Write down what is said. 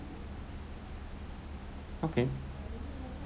okay